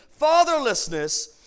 fatherlessness